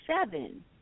seven